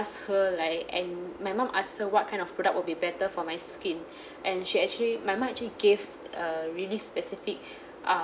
her like and my mum ask her what kind of product will be better for my skin and she actually my mom actually gave a really specific um